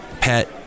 pet